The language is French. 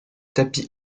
tapis